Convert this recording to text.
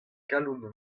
kalon